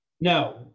No